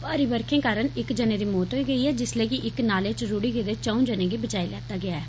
भारी बरखें कारण इक जने दी मौत होई गेई ऐ जिसलै के इक नाले च रूड़ी गेदे चऊं जनें गी बचाई लैता गेआ ऐ